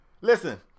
Listen